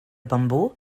bambú